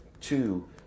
Two